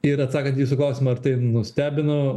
ir atsakant į jūsų klausimą ar tai nustebino